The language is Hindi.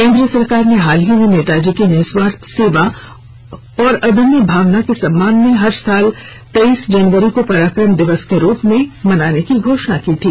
केन्द्र सरकार ने हाल ही में नेताजी की निस्वार्थ सेवा और अदम्य भावना के सम्मान में हर साल तेईस जनवरी को पराक्रम दिवस के रूप में मनाने की घोषणा की थी